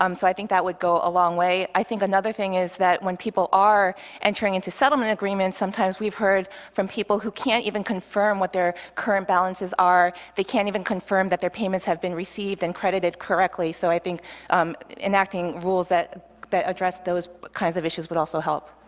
um so i think that would go a long way. i think another thing is that when people are entering into settlement agreements, sometimes we've heard from people who can't even confirm what their current balances are. they can't even confirm that their payments have been received and credited correctly. so i think enacting rules that that address those kinds of issues would also help.